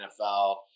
NFL